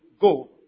go